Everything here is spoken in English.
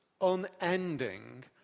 unending